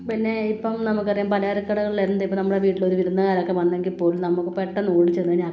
പിന്നെ ഇപ്പം നമുക്കറിയാം പലചരക്ക് കടകളിലെന്ത് ഇപ്പം നമ്മുടെ വീട്ടിലൊരു വിരുന്നുകാരൊക്കെ വന്നെങ്കിൽപ്പോലും നമുക്ക് പെട്ടെന്ന് ഓടിച്ചെന്ന്